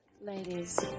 Ladies